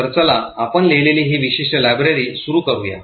तर चला आपण लिहिलेली ही विशिष्ट लायब्ररी सुरू करूया